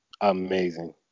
Amazing